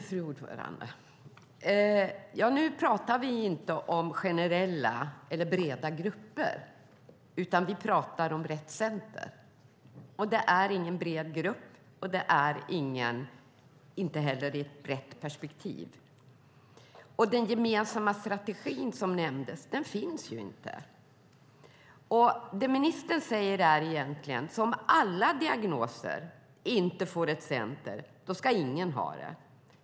Fru talman! Nu talar vi inte om generella eller breda grupper, utan vi talar om Rett Center. Det gäller ingen bred grupp, och det är inte heller i ett brett perspektiv. Den gemensamma strategi som nämndes finns inte. Det ministern säger är egentligen att om inte alla diagnoser får ett center ska ingen ha det.